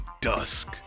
Dusk